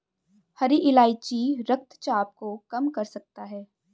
हरी इलायची रक्तचाप को कम कर सकता है